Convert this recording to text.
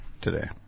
today